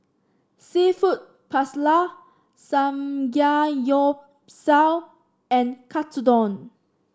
seafood Paella Samgeyopsal and Katsudon